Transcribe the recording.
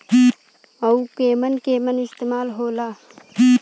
उव केमन केमन इस्तेमाल हो ला?